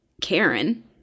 Karen